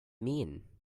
mean